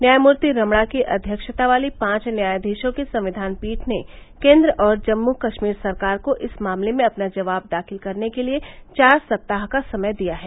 न्यायमूर्ति रमणा की अध्यक्षता वाली पांच न्यायाधीशों की संविधान पीठ ने केन्द्र और जम्मू कश्मीर सरकार को इस मामले में अपना जवाब दाखिल करने के लिए चार सप्ताह का समय दिया है